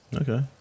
Okay